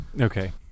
Okay